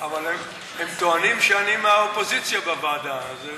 אבל הם טוענים שאני מהאופוזיציה בוועדה, אז,